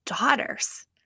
daughters